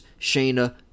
Shayna